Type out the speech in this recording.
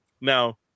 Now